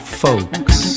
folks